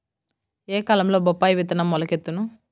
ఏ కాలంలో బొప్పాయి విత్తనం మొలకెత్తును?